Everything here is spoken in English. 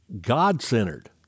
God-centered